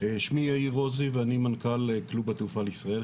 שמי יאיר רוזי ואני מנכ"ל קלוב תעופה לישראל,